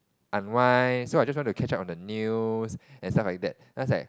unwind so I just want to catch up on the news and stuff like that then I was like